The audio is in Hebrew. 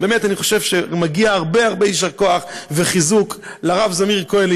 באמת אני חושב שמגיע הרבה הרבה יישר כוח וחיזוק לרב זמיר כהן,